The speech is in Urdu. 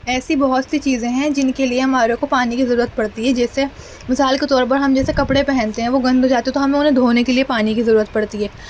ایسی بہت سی چیزیں ہیں جن کے لیے ہمارے کو پانی کی ضرورت پڑتی ہے جیسے مثال کے طور پر ہم جیسے کپڑے پہنتے ہیں وہ گند ہو جاتے ہیں تو ہمیں انہیں دھونے کے لیے پانی کی ضرورت پڑتی ہے